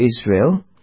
Israel